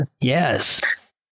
Yes